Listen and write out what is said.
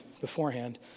beforehand